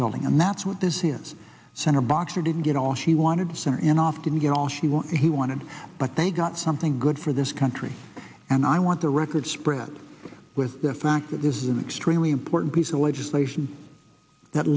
building and that's what this is senator boxer didn't get all she wanted sooner and often get all she want he wanted but they got something good for this country and i want the record spread with the fact that this is an extremely important piece of legislation that